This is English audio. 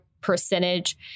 percentage